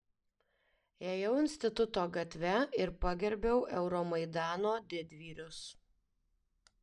ėjau instituto gatve ir pagerbiau euromaidano didvyrius